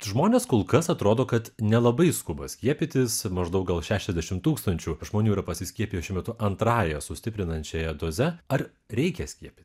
žmones kol kas atrodo kad nelabai skuba skiepytis maždaug šešiasdešim tūkstančių žmonių ir pasiskiepiję šiuo metu antrąja sustiprinančiąja doze ar reikia skiepyti